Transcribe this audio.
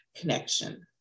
connection